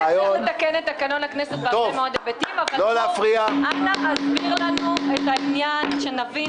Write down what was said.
גור, אנא הסביר לנו את העניין שנבין.